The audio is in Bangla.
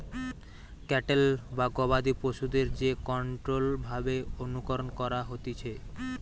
ক্যাটেল বা গবাদি পশুদের যে কন্ট্রোল্ড ভাবে অনুকরণ করা হতিছে